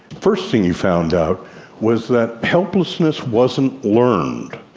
first thing he found out was that helplessness wasn't learned.